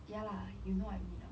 ya lah you know what I mean lah